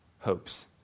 hopes